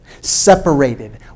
separated